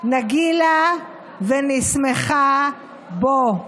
נגילה ונשמחה בו.